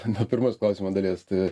nuo pirmos klausimo dalies tai